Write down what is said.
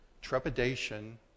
trepidation